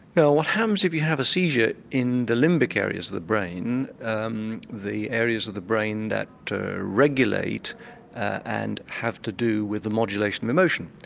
well what happens if you have a seizure in the limbic areas of the brain, um the areas of the brain that regulate and have to do with the modulation of emotion?